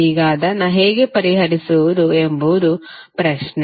ಈಗ ಅದನ್ನು ಹೇಗೆ ಪರಿಹರಿಸುವುದು ಎಂಬುದು ಪ್ರಶ್ನೆ